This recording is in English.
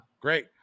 great